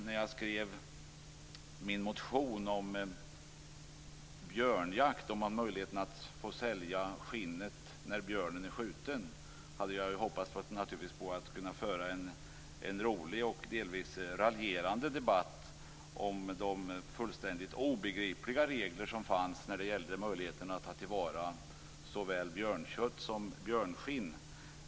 När jag skrev min motion om björnjakt och möjligheten att sälja skinnet när björnen är skjuten hade jag hoppats på att kunna föra en rolig och delvis raljerande debatt om de fullständigt obegripliga regler som fanns när det gällde möjligheten att ta till vara såväl björnkött som björnskinn.